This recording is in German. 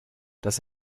dass